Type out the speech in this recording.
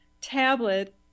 tablet